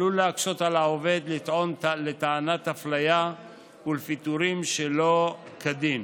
עלול להקשות על העובד לטעון טענות לאפליה ולפיטורים שלא כדין.